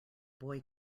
boy